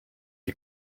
you